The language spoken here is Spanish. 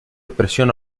expresión